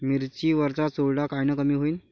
मिरची वरचा चुरडा कायनं कमी होईन?